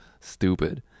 stupid